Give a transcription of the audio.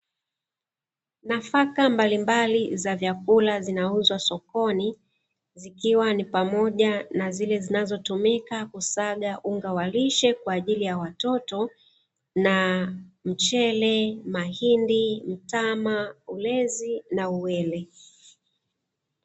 Nafaka mbalimbali za vyakula zinauzwa sokoni, zikiwa ni pamoja na zile zinazotumika kusaga unga wa lishe kwa ajili ya watoto, na mchele, mahindi, mtama, ulezi na uwele.